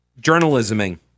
journalisming